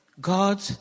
God